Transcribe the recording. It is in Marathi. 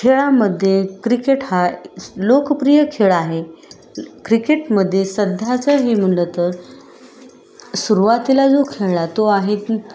खेळामध्ये क्रिकेट हा लोकप्रिय खेळ आहे क्रिकेटमध्ये सध्याचं हे म्हणलं तर सुरवातीला जो खेळला तो आहे